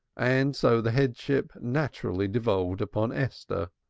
and so the headship naturally devolved upon esther,